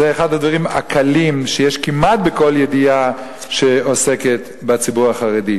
זה אחד הדברים הקלים שיש כמעט בכל ידיעה שעוסקת בציבור החרדי.